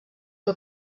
que